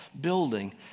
building